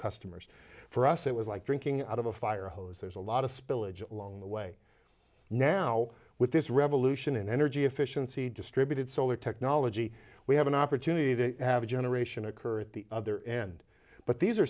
customers for us it was like drinking out of a firehose there's a lot of spillage along the way now with this revolution in energy efficiency distributed solar technology we have an opportunity to have a generation occur at the other end but these are